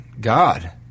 God